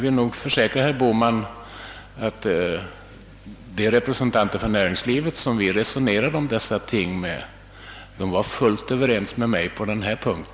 Och jag kan försäkra herr Bohman att de representanter för näringslivet som vi resonerat med om dessa frågor var fullt ense med mig på denna punkt.